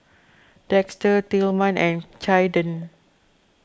Dexter Tilman and Caiden